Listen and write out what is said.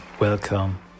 welcome